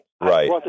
Right